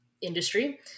industry